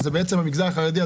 שזה בעצם המגזר החרדי,